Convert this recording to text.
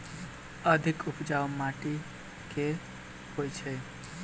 अधिक उपजाउ माटि केँ होइ छै?